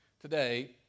Today